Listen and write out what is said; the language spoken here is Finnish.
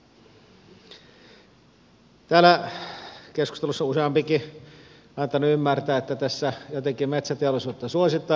täällä keskustelussa useampikin on antanut ymmärtää että tässä jotenkin metsäteollisuutta suosittaisiin